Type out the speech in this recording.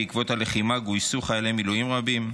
בעקבות הלחימה גויסו חיילי מילואים רבים,